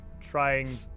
trying